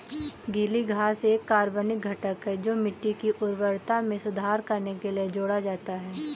गीली घास एक कार्बनिक घटक है जो मिट्टी की उर्वरता में सुधार करने के लिए जोड़ा जाता है